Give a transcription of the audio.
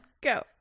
go